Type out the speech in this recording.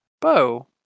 Bo